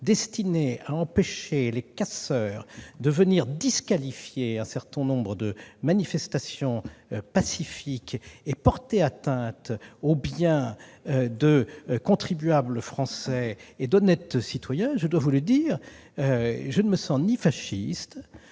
destinées à empêcher les casseurs de venir disqualifier un certain nombre de manifestations pacifiques et de porter atteinte aux biens de contribuables français, d'honnêtes citoyens, je dois vous le dire, je ne me sens ni fasciste,